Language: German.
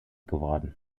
geworden